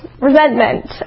resentment